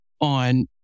on